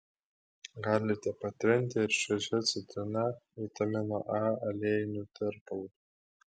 galite patrinti ir šviežia citrina vitamino a aliejiniu tirpalu